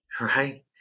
right